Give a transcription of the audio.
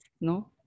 No